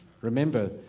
Remember